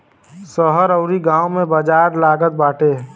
शहर अउरी गांव में बाजार लागत बाटे